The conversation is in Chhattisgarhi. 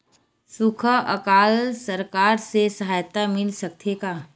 सुखा अकाल सरकार से सहायता मिल सकथे का?